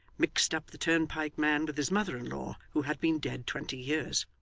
mixed up the turnpike man with his mother-in-law who had been dead twenty years.